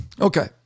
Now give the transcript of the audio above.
Okay